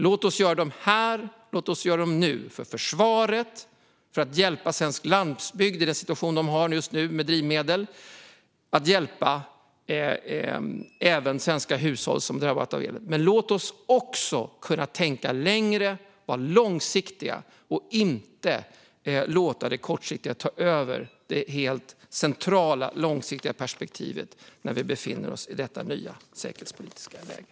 Låt oss göra dem här och nu för försvaret, för att hjälpa svensk landsbygd i den situation som man har just nu med drivmedel och för att hjälpa även svenska hushåll som har drabbats. Men låt oss också kunna tänka längre, vara långsiktiga, och inte låta det kortsiktiga ta över det helt centrala långsiktiga perspektivet när vi befinner oss i detta nya säkerhetspolitiska läge.